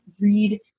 read